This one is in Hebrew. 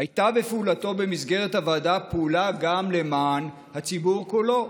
הייתה בפעולתו במסגרת הוועדה פעולה גם למען הציבור כולו.